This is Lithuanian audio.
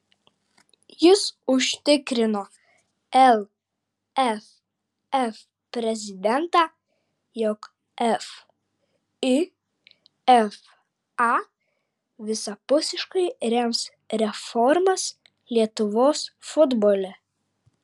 jis užtikrino lff prezidentą jog fifa visapusiškai rems reformas lietuvos futbole